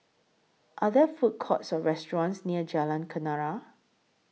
Are There Food Courts Or restaurants near Jalan Kenarah